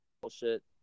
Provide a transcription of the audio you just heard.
bullshit